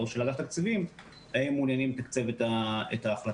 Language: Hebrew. של אגף תקציבים האם מעוניינים לתקצב את ההחלטה.